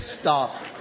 stop